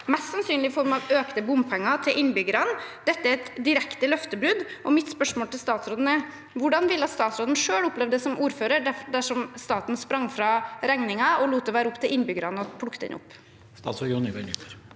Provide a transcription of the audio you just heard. Mest sannsynlig får man økte bompenger for innbyggerne. Dette er et direkte løftebrudd, og mitt spørsmål til statsråden er: Hvordan ville statsråden selv opplevd det som ordfører dersom staten sprang fra regningen og lot det være opp til innbyggerne å plukke den opp? Statsråd Jon-Ivar Nygård